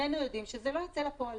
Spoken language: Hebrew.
שנינו יודעים שזה לא יצא לפועל.